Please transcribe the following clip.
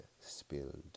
spilled